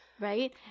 right